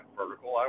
vertical